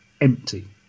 empty